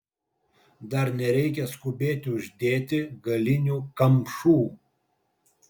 dar nereikia skubėti uždėti galinių kamšų